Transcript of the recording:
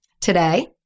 Today